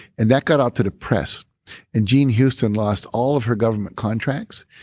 and that got out to the press and jean houston lost all of her government contracts.